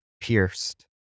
pierced